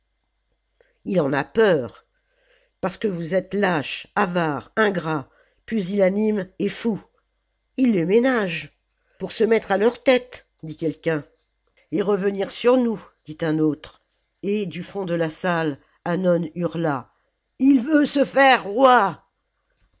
ii en a peur parce que vous êtes lâches avares ingrats pusillanimes et fous ii les ménaore o pour se mettre a leur tête dit quelqu'un et revenir sur nous dit un autre et du fond de la salle hannon hurla ii veut se faire